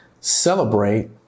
celebrate